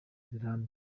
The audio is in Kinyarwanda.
rirambye